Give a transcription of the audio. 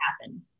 happen